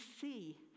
see